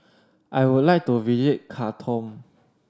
I would like to visit Khartoum